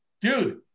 dude